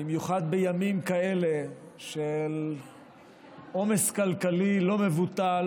במיוחד בימים כאלה של עומס כלכלי לא מבוטל,